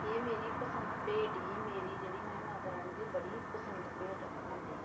एह् मेरी पसंद भेंट ही मेरी जेह्ड़ी में माता रानी दी बड़ी पसंद भेंट औंदी ऐ